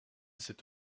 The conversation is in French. cette